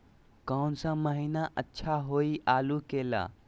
कौन सा महीना अच्छा होइ आलू के ला?